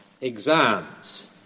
exams